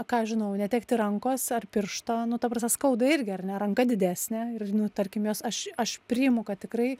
ką aš žinau netekti rankos ar piršto nu ta prasme skauda irgi ar ne ranka didesnė ir nu tarkim jos aš aš priimu kad tikrai